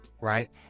Right